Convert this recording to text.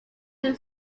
del